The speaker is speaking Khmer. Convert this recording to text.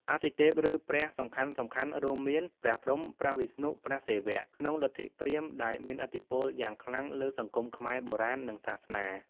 អាទិទេព ឬ ព្រះ សំខាន់ៗរួមមាន ព្រះព្រហ្ម ព្រះវិស្ណុ ព្រះសិវៈ ក្នុងលទ្ធិព្រាហ្មណ៍ដែលមានឥទ្ធិពលយ៉ាងខ្លាំងលើសង្គមខ្មែរបុរាណ និងសាសនា។